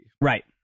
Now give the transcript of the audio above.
Right